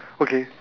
okay